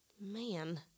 Man